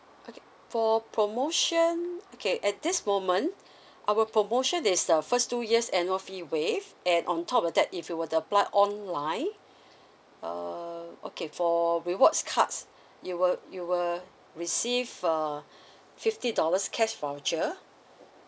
okay for promotion okay at this moment our promotion is the first two years annual fee waive and on top of that if you were to apply online uh okay for rewards cards you will you will receive uh fifty dollars cash voucher